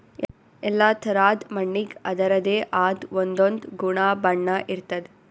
ಎಲ್ಲಾ ಥರಾದ್ ಮಣ್ಣಿಗ್ ಅದರದೇ ಆದ್ ಒಂದೊಂದ್ ಗುಣ ಬಣ್ಣ ಇರ್ತದ್